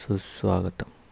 सुस्वागतम